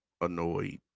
annoyed